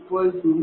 74414